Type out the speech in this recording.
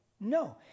no